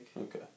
Okay